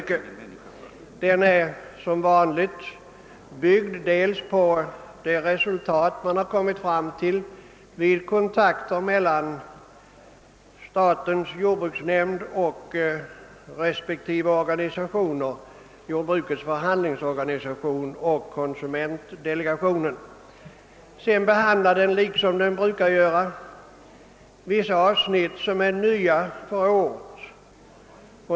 Propositionen bygger som vanligt på det resultat man kommit fram till vid kontakter mellan å ena sidan statens jordbruksnämnd och å andra sidan jordbrukets förhandlingsdelegation och konsumentdelegationen. Propositionen innehåller vidare som vanligt en del nyheter.